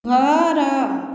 ଘର